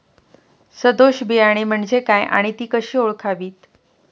सदोष बियाणे म्हणजे काय आणि ती कशी ओळखावीत?